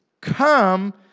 come